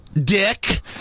dick